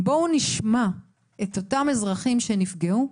בואו נשמע את אותם אזרחים שנפגעו,